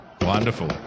Wonderful